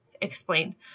explain